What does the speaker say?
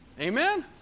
Amen